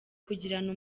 kugirana